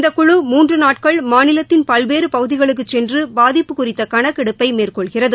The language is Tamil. இந்த குழு மூன்று நாட்கள் மாநிலத்தின் பல்வேறு பகுதிகளுக்குச் சென்று பாதிப்பு குறித்த கணக்கெடுப்பை மேற்கொள்கிறது